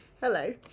Hello